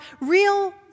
Real